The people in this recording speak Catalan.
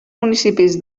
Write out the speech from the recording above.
municipis